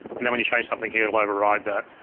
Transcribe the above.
and then when you change something here it'll override that.